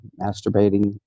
masturbating